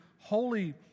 holy